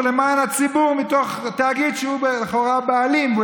למען הציבור מתוך תאגיד שהוא לכאורה הבעלים שלו,